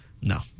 No